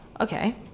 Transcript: okay